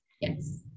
Yes